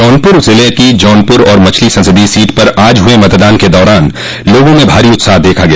जौनपुर जिले की जौनपुर और मछली संसदीय सीट पर आज हुए मतदान के दौरान लोगों में भारी उत्साह देखा गया